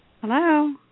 Hello